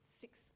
six